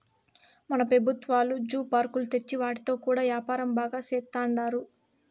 మన పెబుత్వాలు జూ పార్కులు తెచ్చి వాటితో కూడా యాపారం బాగా సేత్తండారు